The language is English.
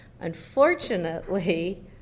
unfortunately